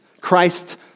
Christ